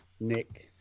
Nick